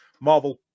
Marvel